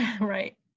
Right